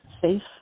safe